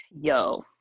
yo